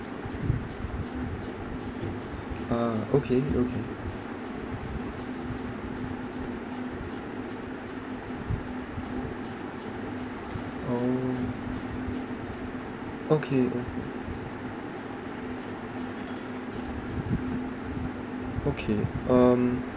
ah okay okay oh okay okay okay um